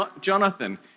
Jonathan